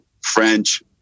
French